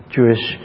Jewish